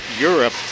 Europe